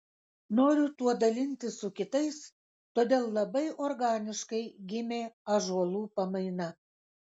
noriu tuo dalintis su kitais todėl labai organiškai gimė ąžuolų pamaina